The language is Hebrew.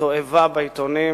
תועבה בעיתונים,